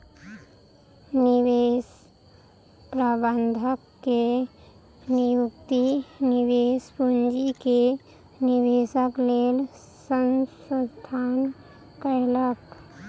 निवेश प्रबंधक के नियुक्ति निवेश पूंजी के निवेशक लेल संस्थान कयलक